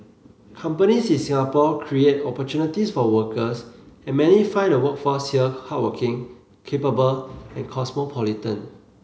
companies in Singapore create opportunities for workers and many find the workforce here hardworking capable and cosmopolitan